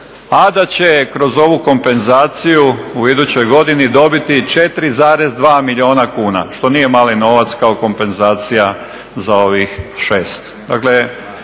a da će kroz ovu kompenzaciju u idućoj godini dobiti i 4,2 milijuna kuna što nije mali novac kao kompenzacija za ovih 6. Dakle,